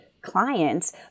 clients